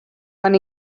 van